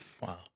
Wow